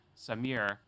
Samir